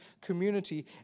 community